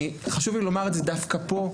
חשוב לי לומר את זה דווקא פה,